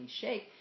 shake